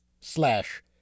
slash